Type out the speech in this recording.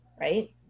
right